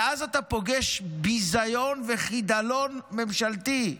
ואז אתה פוגש ביזיון וחידלון ממשלתי.